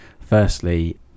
firstly